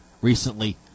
recently